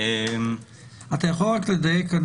אתה יכול לדייק?